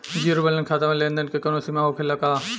Zero balance खाता में लेन देन के कवनो सीमा होखे ला का?